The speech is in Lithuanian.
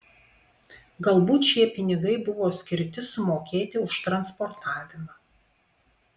galbūt šie pinigai buvo skirti sumokėti už transportavimą